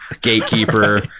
gatekeeper